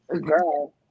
girl